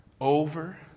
Over